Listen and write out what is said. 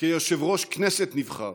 כיושב-ראש כנסת נבחר